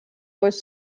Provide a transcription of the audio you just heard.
was